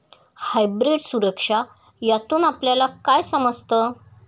Hybrid सुरक्षा यातून आपल्याला काय समजतं?